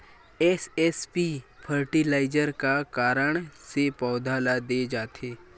SSP fertilizer का कारण से पौधा ल दे जाथे?